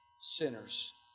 sinners